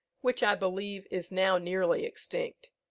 which i believe is now nearly extinct.